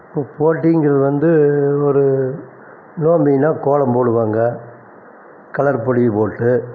இப்போ போட்டிங்கிறது வந்து ஒரு நோம்புனா கோலம் போடுவாங்க கலர் பொடியை போட்டு